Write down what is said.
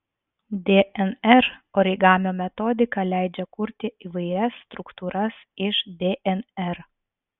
dnr origamio metodika leidžia kurti įvairias struktūras iš dnr